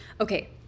Okay